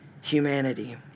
humanity